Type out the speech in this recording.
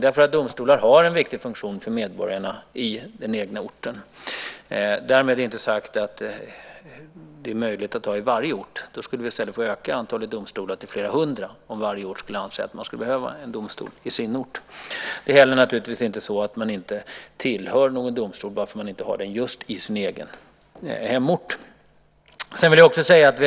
Domstolar har en viktig funktion för medborgarna i den egna orten. Därmed inte sagt att det är möjligt att ha en domstol på varje ort. Då skulle vi i stället få öka antalet domstolar till flera hundra, om varje ort skulle anse att man behöver en domstol i sin ort. Det är naturligtvis inte heller så att man inte tillhör någon domstol bara för att man inte har den just i sin egen hemort.